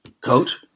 Coach